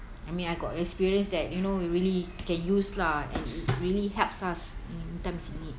I mean I got experience that you know we really can use lah and it really helps us in times in need